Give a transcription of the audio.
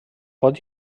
pot